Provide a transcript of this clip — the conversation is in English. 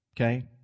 Okay